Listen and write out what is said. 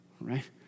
Right